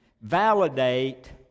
validate